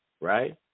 right